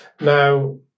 now